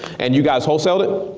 and you guys wholesaled it?